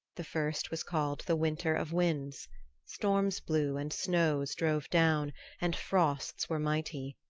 the first was called the winter of winds storms blew and snows drove down and frosts were mighty.